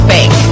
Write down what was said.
Bank